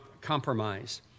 compromise